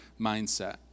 mindset